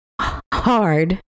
hard